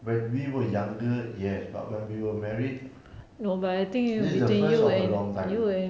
when we were younger yes but when we were married this is the first of a long time